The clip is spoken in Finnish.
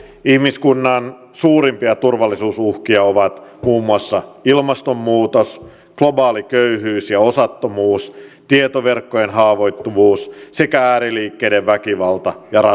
ihmiskunnan suurimpia turvallisuusuhkia ovat muun muassa ilmastonmuutos globaali köyhyys ja osattomuus tietoverkkojen haavoittuvuus sekä ääriliikkeiden väkivalta ja rasismi